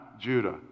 Judah